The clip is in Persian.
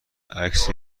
عکس